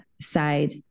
side